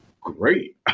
great